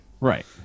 Right